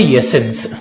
essence